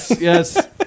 yes